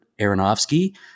Aronofsky